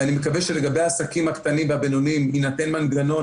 ואני מקווה שלגבי העסקים הקטנים והבינוניים יינתן מנגנון